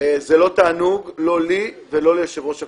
זה לא תענוג, לא לי ולא ליושב-ראש הקואליציה.